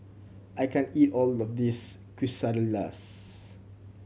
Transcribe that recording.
I can't eat all of this Quesadillas